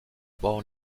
born